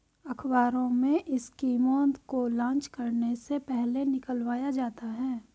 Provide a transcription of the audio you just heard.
अखबारों में स्कीमों को लान्च करने से पहले निकलवाया जाता है